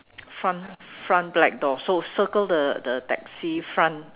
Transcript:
front front black door so circle the the taxi front